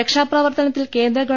രക്ഷാപ്ര വർത്തനത്തിൽ കേന്ദ്രഗവ